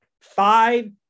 five